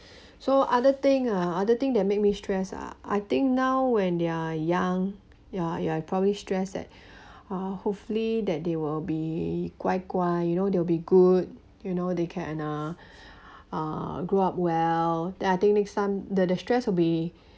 so other thing ah other thing that make me stressed ah I think now when they're young ya ya probably stress at ah hopefully that they will be 乖乖 you know they'll be good you know they can uh uh grow up well then I think next time the the stress will be